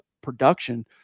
production